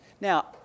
Now